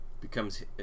becomes